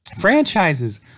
franchises